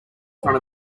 front